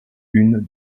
une